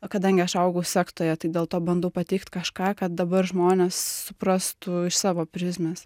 kadangi aš augau sektoje tai dėl to bandau pateikt kažką ką dabar žmonės suprastų iš savo prizmės